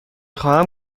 خواهم